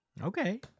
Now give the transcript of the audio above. Okay